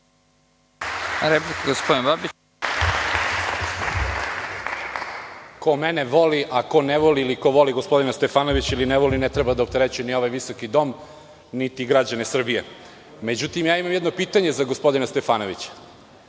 Babić. **Zoran Babić** Ko mene voli a ko ne voli, ili ko voli gospodina Stefanovića ili ne voli, ne treba da opterećuje ni ovaj visoki dom niti građane Srbije.Međutim, ja imam jedno pitanje za gospodina Stefanovića.